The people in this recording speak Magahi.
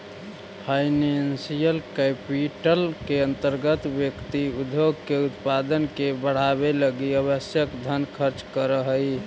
फाइनेंशियल कैपिटल के अंतर्गत व्यक्ति उद्योग के उत्पादन के बढ़ावे लगी आवश्यक धन खर्च करऽ हई